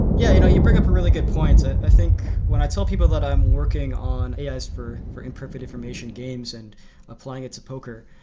yeah, you know you bring up really good point. i think when i tell people that i'm working on ais for for imperfect-information games and applying it to poker,